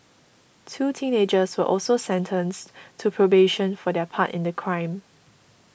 two teenagers were also sentenced to probation for their part in the crime